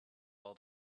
all